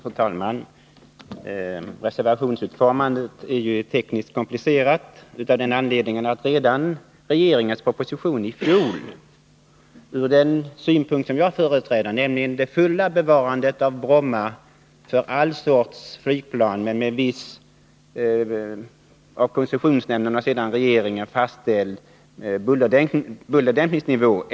Fru talman! Reservationsutformandet är tekniskt komplicerat. Regeringens proposition i fjol är det enda riktiga alternativet från den synpunkt som jag företräder — det fulla bevarandet av Bromma för alla slags flygplan men med viss av koncessionsnämnden och 'sedan av regeringen fastställd bullerdämpningsnivå.